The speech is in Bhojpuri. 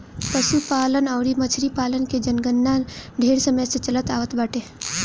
पशुपालन अउरी मछरी पालन के जनगणना ढेर समय से चलत आवत बाटे